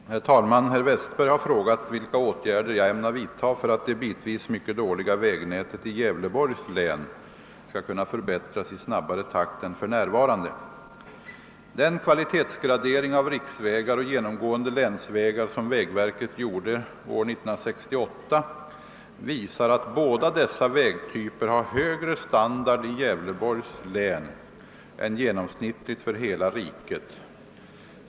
Herr talman! Herr Westberg i Ljusdal har frågat vilka åtgärder jag ämnar vidta för att det bitvis mycket dåliga vägnätet i Gävleborgs län skall kunna förbättras i snabbare takt än för närvarande. Den kvalitetsgradering av riksvägar och genomgående länsvägar som vägverket gjorde år 1968 visar, att båda dessa vägtyper har högre standard i Gävleborgs län än genomsnittligt för hela riket.